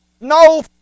no